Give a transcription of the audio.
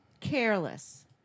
careless